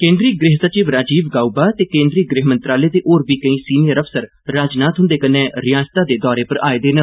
केन्द्री गृह सचिव राजीव गाउबा ते केन्द्री गृह मंत्रालय दे होर बी केईं सीनियर अफसर राजनाथ हुंदे कन्नै रिआसत दे दौरे पर आए दे न